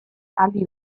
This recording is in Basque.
aldi